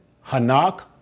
Hanak